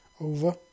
Over